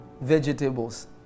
vegetables